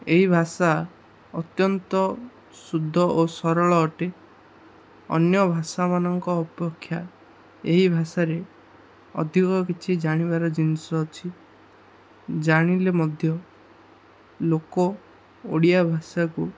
ଏହି ଭାଷା ଅତ୍ୟନ୍ତ ଶୁଦ୍ଧ ଓ ସରଳ ଅଟେ ଅନ୍ୟ ଭାଷାମାନଙ୍କ ଅପେକ୍ଷା ଏହି ଭାଷାରେ ଅଧିକ କିଛି ଜାଣିବାର ଜିନିଷ ଅଛି ଜାଣିଲେ ମଧ୍ୟ ଲୋକ ଓଡ଼ିଆ ଭାଷାକୁ